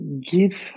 give